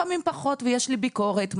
לפעמים פחות ויש לי ביקורת.